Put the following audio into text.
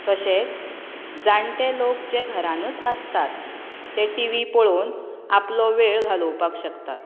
तशेंच जाण्टे लोक जे घरानच आसतात ते टिवी पळोवन आपलो वेळ घालोवपाक शकतात